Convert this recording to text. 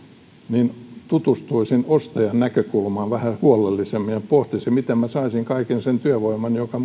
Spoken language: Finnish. niin tutustuisin ostajan näkökulmaan vähän huolellisemmin ja pohtisin miten saisin myydyksi kaiken sen työvoiman joka